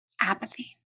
apathy